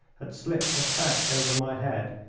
had slipped a sack over my head,